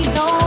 no